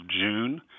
June